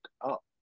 up